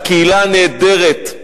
הקהילה הנהדרת,